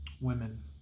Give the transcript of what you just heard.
women